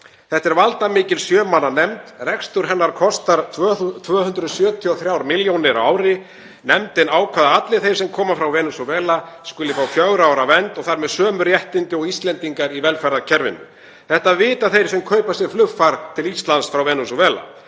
Þetta er valdamikil sjö manna nefnd. Rekstur hennar kostar 273 milljónir á ári. Nefndin ákvað að allir þeir sem koma frá Venesúela skuli fá fjögurra ára vernd og þar með sömu réttindi og Íslendingar í velferðarkerfinu. Þetta vita þeir sem kaupa sér flugfar til Íslands frá Venesúela.